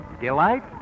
delight